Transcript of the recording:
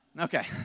Okay